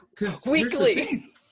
Weekly